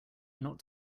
not